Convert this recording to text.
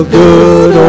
good